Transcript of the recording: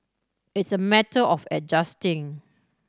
it's a matter of adjusting